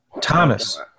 Thomas